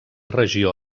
regió